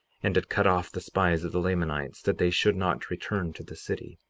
and did cut off the spies of the lamanites that they should not return to the city.